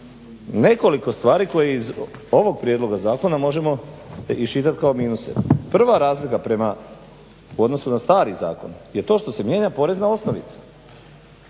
nekoliko stvari koje iz ovog prijedloga zakona možemo iščitati kao minuse. Prva razlika prema u odnosu na stari zakon je to što se mijenja porezna osnovica,